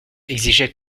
exigeait